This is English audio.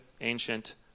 ancient